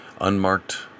unmarked